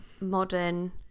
modern